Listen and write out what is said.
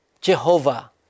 Jehovah